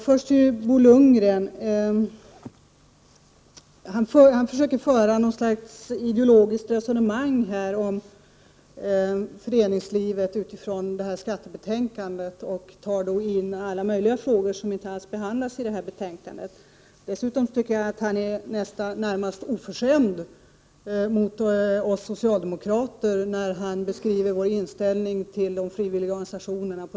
Herr talman! Bo Lundgren försöker föra ett slags ideologiskt resonemang om föreningslivet med utgångspunkt i detta betänkande från skatteutskottet. Men han tar upp alla möjliga frågor som inte alls behandlas i det aktuella betänkandet. Dessutom tycker jag att han är närmast oförskämd mot oss socialdemokrater, när han beskriver vår inställning till de frivilliga organisationerna.